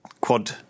quad